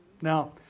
Now